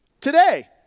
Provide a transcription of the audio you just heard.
today